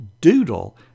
Doodle